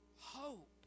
hope